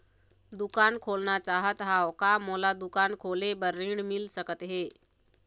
दुकान खोलना चाहत हाव, का मोला दुकान खोले बर ऋण मिल सकत हे?